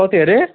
कति हरे